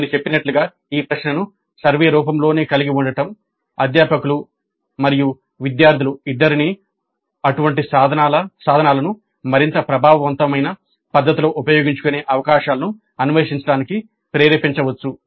" నేను చెప్పినట్లుగా ఈ ప్రశ్నను సర్వే రూపంలోనే కలిగి ఉండటం అధ్యాపకులు మరియు విద్యార్థులు ఇద్దరినీ అటువంటి సాధనాలను మరింత ప్రభావవంతమైన పద్ధతిలో ఉపయోగించుకునే అవకాశాలను అన్వేషించడానికి ప్రేరేపించవచ్చు